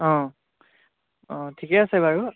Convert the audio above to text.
অঁ অঁ ঠিকেই আছে বাৰু